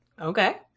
Okay